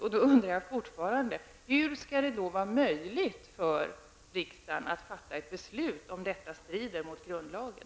Jag undrar fortfarande: Hur skall det vara möjligt för riksdagen att fatta ett beslut, om detta strider mot grundlagen?